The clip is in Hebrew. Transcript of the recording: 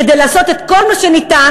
כדי לעשות את כל מה שניתן,